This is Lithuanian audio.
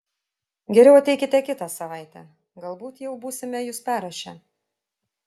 geriau ateikite kitą savaitę galbūt jau būsime jus perrašę